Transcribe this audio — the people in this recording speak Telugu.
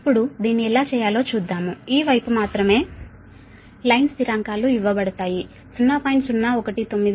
ఇప్పుడు దీన్ని ఎలా చేయాలో చూద్దాము ఈ వైపు మాత్రమే లైన్ స్థిరాంకాలు ఇవ్వబడతాయి 0